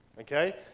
Okay